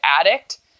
addict